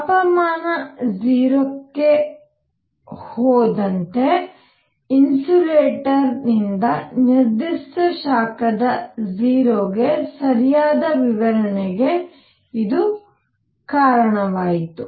ತಾಪಮಾನ 0 ಕ್ಕೆ ಹೋದಂತೆ ಇನ್ಸುಲೆಟರ್ ನಿರ್ದಿಷ್ಟ ಶಾಖದ 0 ಗೆ ಸರಿಯಾದ ವಿವರಣೆಗೆ ಇದು ಕಾರಣವಾಯಿತು